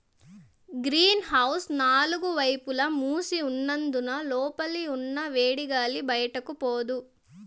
green house నాలుగు వైపులా మూసి ఉన్నందున లోపల ఉన్న వేడిగాలి బయటికి పోదు